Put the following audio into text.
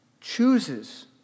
chooses